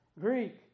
Greek